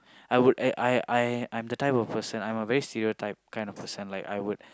I would eh I I I I'm the type of person I'm a very stereotype kind of person like I would